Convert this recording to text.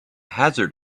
hazard